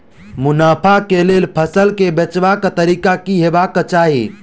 मुनाफा केँ लेल फसल केँ बेचबाक तरीका की हेबाक चाहि?